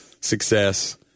success